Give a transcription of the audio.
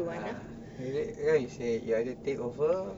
ah you say you either take over